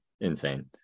Insane